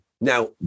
Now